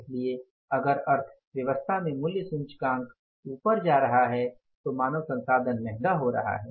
इसलिए अगर अर्थव्यवस्था में मूल्य सूचकांक ऊपर जा रहा है तो मानव संसाधन महंगा हो रहा है